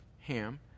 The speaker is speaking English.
Ham